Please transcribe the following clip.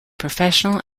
professional